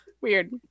weird